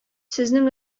сезнең